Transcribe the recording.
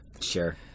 Sure